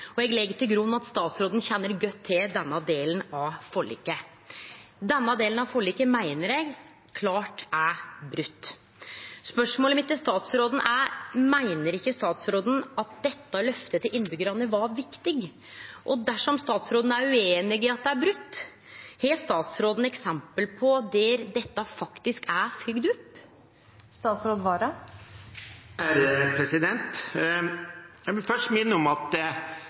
og eg legg til grunn at statsråden kjenner godt til denne delen av forliket. Denne delen av forliket meiner eg klart er broten. Spørsmålet mitt til statsråden er: Meiner ikkje statsråden at dette løftet til innbyggjarane var viktig? Og dersom statsråden er ueinig i at det er brote, har statsråden eksempel på at dette faktisk er følgt opp? Jeg vil først minne om at